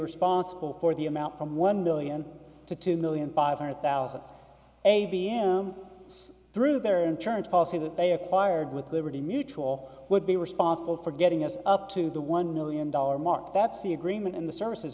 responsible for the amount from one million to two million five hundred thousand a b m through their insurance policy that they acquired with liberty mutual would be responsible for getting us up to the one million dollar mark that's the agreement in the services